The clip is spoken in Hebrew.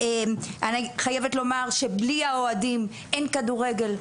אני חייבת לומר שבלי האוהדים אין כדורגל.